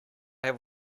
have